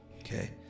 Okay